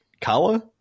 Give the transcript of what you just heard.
Kala